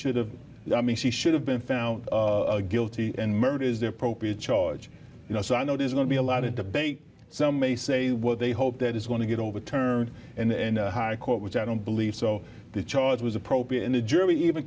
should have i mean she should have been found guilty and murder is the appropriate charge you know so i know there's going to be a lot of debate some may say what they hope that is going to get overturned and high court which i don't believe so the charge was appropriate and the jury even